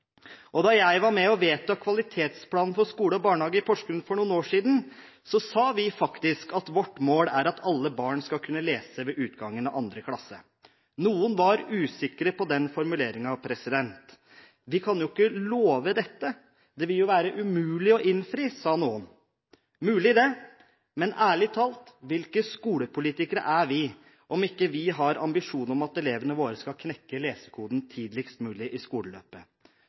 og jeg kommer fra Porsgrunn, og da jeg var med på å vedta Kvalitetsplanen for skole og barnehage i Porsgrunn for noen år siden, sa vi faktisk at vårt mål er at alle barn skal kunne lese ved utgangen av 2. klasse. Noen var usikre på den formuleringen. «De kan jo ikke love dette, det vil jo være umulig å innfri», sa noen. Mulig det, men ærlig talt: Hvilke skolepolitikere er vi, om vi ikke har ambisjoner om at elevene våre skal knekke lesekoden tidligst mulig i skoleløpet?